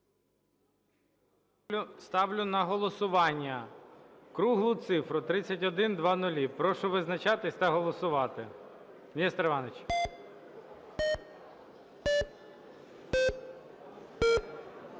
Ставлю на голосування круглу цифру - 3100. Прошу визначатися та голосувати. Нестор Іванович!